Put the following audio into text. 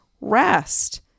rest